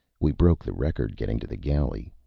we broke the record getting to the galley.